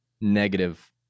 negative